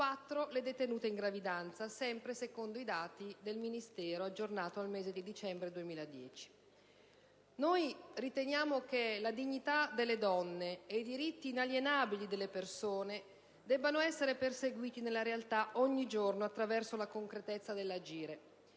4 le detenute in gravidanza, sempre secondo i dati del Ministero aggiornati al mese di dicembre 2010. Noi riteniamo che la dignità delle donne e i diritti inalienabili delle persone debbano essere perseguiti nella realtà, ogni giorno, attraverso la concretezza dell'agire,